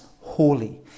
holy